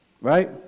right